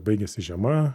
baigiasi žiema